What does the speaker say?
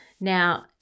Now